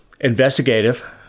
investigative